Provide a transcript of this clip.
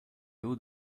hauts